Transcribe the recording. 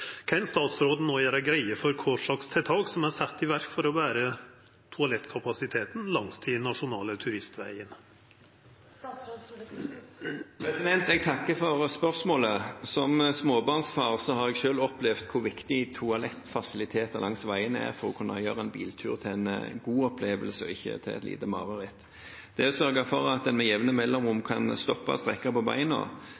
Kan statsråden gjere greie for kva tiltak som er sette i verk for å betre toalettkapasiteten langs dei nasjonale turistvegane?» Jeg takker for spørsmålet. Som småbarnsfar har jeg selv opplevd hvor viktig toalettfasiliteter langs veiene er for å kunne gjøre en lang biltur til en god opplevelse og ikke til et lite mareritt. Det å sørge for at en med jevne mellomrom